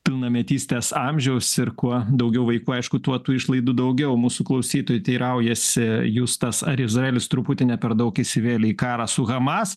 pilnametystės amžiaus ir kuo daugiau vaikų aišku tuo tų išlaidų daugiau mūsų klausytojai teiraujasi justas ar izraelis truputį ne per daug įsivėlė į karą su hamas